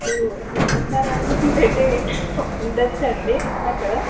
మీరు ఉండాలనుకుంటే ఉండచ్చు అండి అక్కడ